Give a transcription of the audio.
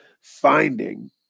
finding